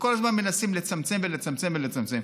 וכל הזמן מנסים לצמצם ולצמצם ולצמצם,